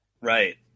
Right